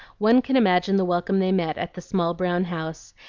one can imagine the welcome they met at the small brown house,